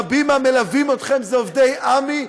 רבים מהמלווים אתכם הם עובדי עמ"י,